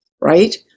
Right